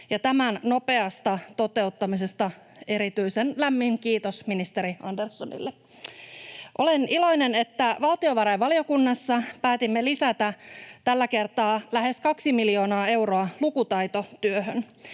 tämän nopeasta toteuttamisesta erityisen lämmin kiitos ministeri Anderssonille. Olen iloinen, että valtiovarainvaliokunnassa päätimme lisätä tällä kertaa lähes kaksi miljoonaa euroa lukutaitotyöhön.